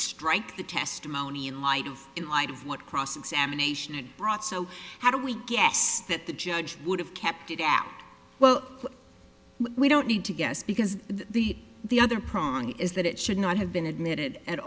strike the testimony in light of in light of what cross examination it brought so how do we guess that the judge would have kept it out well we don't need to guess because the the other problem is that it should not have been admitted at